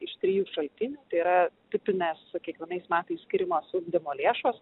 iš trijų šaltinių tai yra tipinės su kiekvienais metais skiriamos ugdymo lėšos